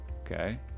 okay